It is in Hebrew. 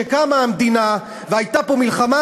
כשקמה המדינה והייתה פה מלחמה,